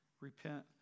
Repent